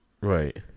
right